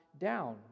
down